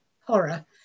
horror